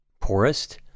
poorest